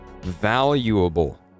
valuable